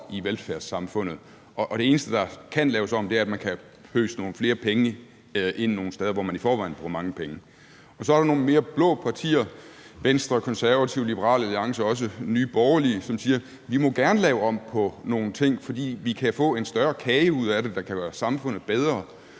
i velfærdssamfundet, og det eneste, der kan laves om, er, at man kan pøse nogle flere penge ind nogle steder, hvor man i forvejen bruger mange penge. Så er der den anden side med de blå partier, Venstre, Konservative, Liberal Alliance og også Nye Borgerlige, som siger, at vi gerne må lave om på nogle ting, fordi vi kan få en større kage ud af det, der kan gøre samfundet bedre.